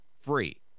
free